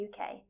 UK